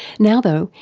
now though,